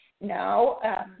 no